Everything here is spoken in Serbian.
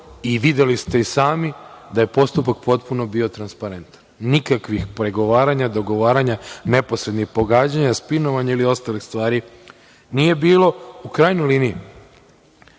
i videli ste i sami da je postupak potpuno bio transparentan, nikakvih pregovaranja, dogovaranja, neposrednih pogađanja, spinovanja ili ostalih stvari nije bilo. U krajnjoj liniji